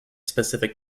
specific